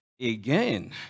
again